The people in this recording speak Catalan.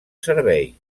servei